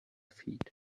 feet